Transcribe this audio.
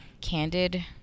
candid